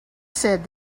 said